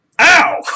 Ow